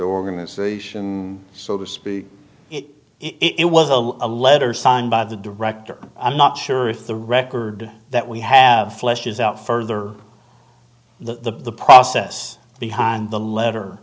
organization so to speak it was a letter signed by the director i'm not sure if the record that we have fleshes out further the process behind the letter